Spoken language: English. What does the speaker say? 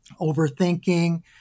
overthinking